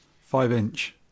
Five-inch